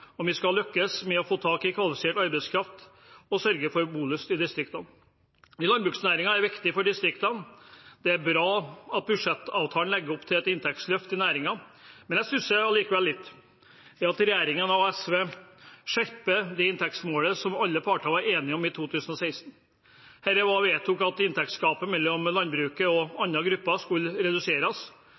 og omega om vi skal lykkes med å få tak i kvalifisert arbeidskraft og sørge for bolyst i distriktene. Landbruksnæringen er viktig for distriktene. Det er bra at budsjettavtalen legger opp til et inntektsløft i næringen, men jeg stusser likevel litt over at regjeringen og SV skjerper det inntektsmålet som alle parter var enige om i 2016. Dette er vedtak om at inntektsgapet mellom landbruket og andre grupper skulle reduseres,